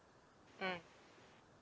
mm